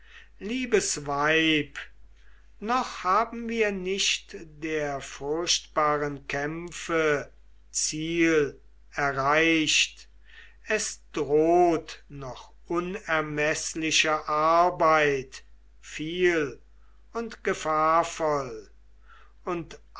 liebes weib noch haben wir nicht der furchtbaren kämpfe ziel erreicht es droht noch unermeßliche arbeit viel und gefahrenvoll und